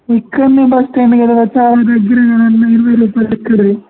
ఇక్కడే bus stand కదా చాలా దగ్గరే కదన్నా ఇరవై రూపాయలు ఎందుకు